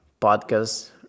podcast